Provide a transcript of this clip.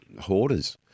hoarders